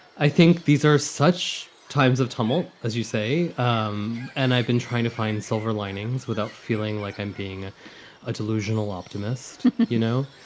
i think these are such times of turmoil, as you say. um and i've been trying to find silver linings without feeling like i'm being a delusional optimist, you know?